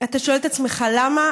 אתה שואל את עצמך למה,